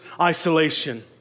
isolation